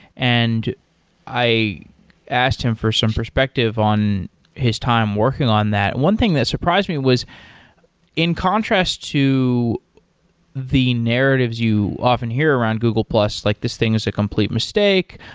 and i asked him for some perspective on his time working on that. one thing that surprised me was in contrast to the narratives you often hear around google plus, like this thing is a complete mistake,